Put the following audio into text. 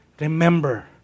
remember